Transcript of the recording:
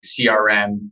CRM